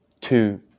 two